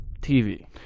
TV